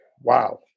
wow